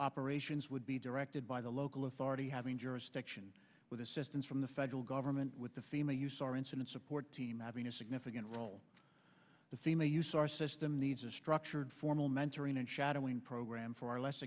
operations would be directed by the local authority having jurisdiction with assistance from the federal government with the fema use our incident support team having a significant role the thema use our system needs a structured formal mentoring and shadowing program for